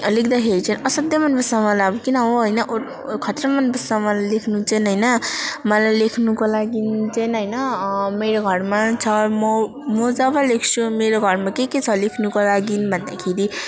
लेख्दाखेरि चाहिँ असाध्यै मनपर्छ मलाई अब किन हो होइन खत्रा मनपर्छ मलाई लेख्नु चाहिँ होइन मलाई लेख्नुको लागि चाहिँ होइन मेरो घरमा छ म म जब लेख्छु मेरो घरमा के के छ लेख्नुको लागि भन्दाखेरि